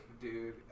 dude